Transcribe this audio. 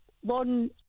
one